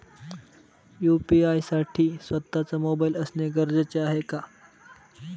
UPI साठी स्वत:चा mobile असणे गरजेचे आहे का?